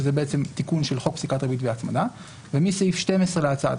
שזה תיקון של חוק פסיקת ריבית והצמדה; ומסעיף 12 להצעת